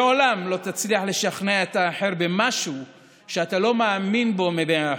לעולם לא תצליח לשכנע את האחר במשהו שאתה לא מאמין בו במאה אחוז.